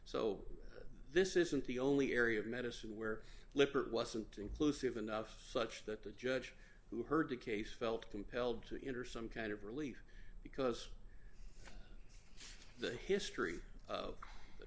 so this isn't the only area of medicine where lippert wasn't inclusive enough such that the judge who heard the case felt compelled to enter some kind of relief because the history of the